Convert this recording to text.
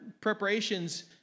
preparations